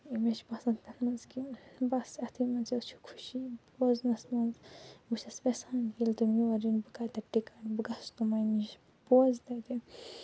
مےٚ چھُ باسان تَتھ منٛز کہِ بَس یِتھے منٛز حظ چھِ خوٚشی بوزنَس منٛز بہٕ چھَس یَژھان ییٚلہِ تِم یور یِن بہٕ کَڈٕ ٹِکَٹ بہٕ گژھٕ تِمَن نِش بوزٕ